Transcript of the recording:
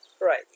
Right